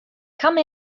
come